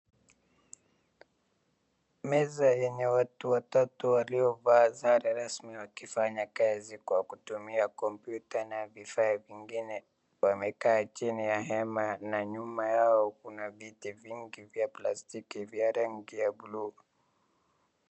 Meza yenye watu watatu waliovaa sare rasmi wakifanya kazi kwa kutumia kompyuta na vifaa vingine, wamekaa chini ya hema na nyuma yao kuna viti vingi vya plastiki vya rangi ya buluu.